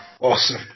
Awesome